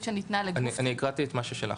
שניתנה לגוף --- אני הקראתי את מה ששלחת.